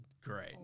Great